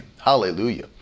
Hallelujah